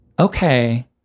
Okay